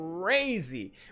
crazy